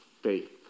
faith